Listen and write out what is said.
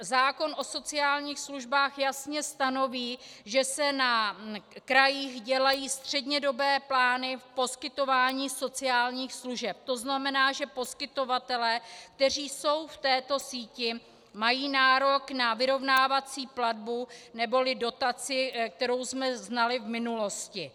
Zákon o sociálních službách jasně stanoví, že se na krajích dělají střednědobé plány v poskytování sociálních služeb, to znamená, že poskytovatelé, kteří jsou v této síti, mají nárok na vyrovnávací platbu neboli dotaci, kterou jsme znali v minulosti.